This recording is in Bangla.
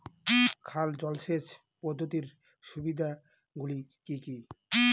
খাল জলসেচ পদ্ধতির সুবিধাগুলি কি কি?